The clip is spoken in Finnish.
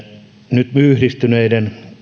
nyt yhdistyneiden